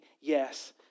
yes